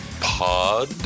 pod